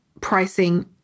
pricing